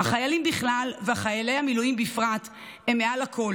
החיילים בכלל וחיילי המילואים בפרט הם מעל לכול.